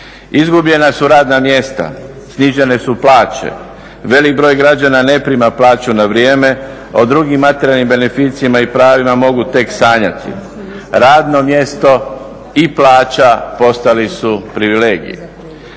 Izgubljena su radna mjesta, snižene su plaće, velik broj građana ne prima plaću na vrijeme, o drugim materijalnim beneficijama i pravima mogu tek sanjati. Radno mjesto i plaća postali su privilegij.